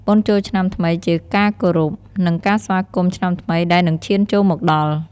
បុណ្យចូលឆ្នាំថ្មីជាការគោរព និងការស្វាគមន៏ឆ្នាំថ្មីដែលនិងឈានចូលមកដល់។